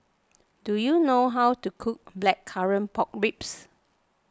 do you know how to cook Blackcurrant Pork Ribs